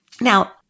Now